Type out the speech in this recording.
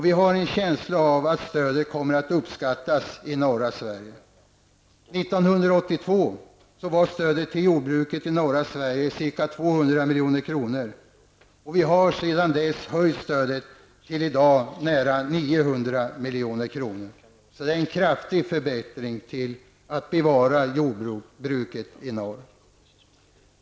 Vi har en känsla av att stödet kommer att uppskattas i norra Sverige ca 200 milj.kr. Vi har sedan dess höjt stödet till i dag nära 900 milj.kr. Det är alltså en kraftig förbättring av möjligheterna att bevara jordbruket i norr.